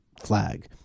flag